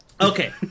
Okay